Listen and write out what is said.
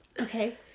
Okay